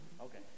Okay